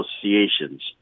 associations